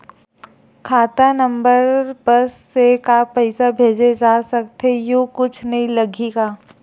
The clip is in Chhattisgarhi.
खाता नंबर बस से का पईसा भेजे जा सकथे एयू कुछ नई लगही का?